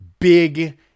big